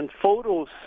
photos